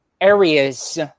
areas